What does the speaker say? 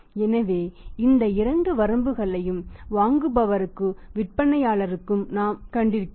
எனவே இந்த இரண்டு வரம்புகளையும் வாங்குபவருக்கும் விற்பனையாளருக்கும் நாம் கண்டிருக்கிறோம்